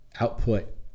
output